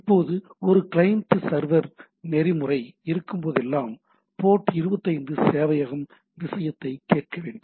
இப்போது ஒரு client server நெறிமுறை இருக்கும் போதெல்லாம் போர்ட் 25 சேவையகம் விஷயத்தை கேட்க வேண்டும்